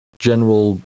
General